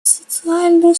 социальную